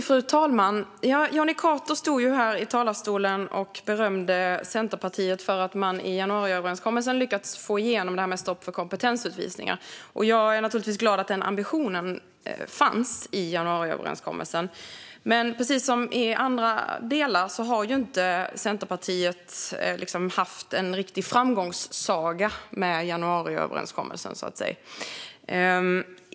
Fru talman! Jonny Cato står här i talarstolen och berömmer Centerpartiet för att man i januariöverenskommelsen lyckats få igenom stopp för kompetensutvisningar. Jag är naturligtvis glad att den ambitionen fanns i januariöverenskommelsen. Men precis som i andra delar har Centerpartiet inte haft en riktig framgångssaga med januariöverenskommelsen.